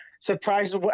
surprised